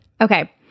okay